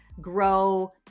grow